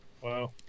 Wow